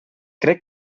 crec